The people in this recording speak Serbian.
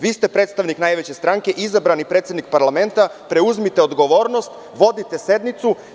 Vi ste predstavnik najveće stranke, izabrani predsednik parlamenta, preuzmite odgovornost, vodite sednicu.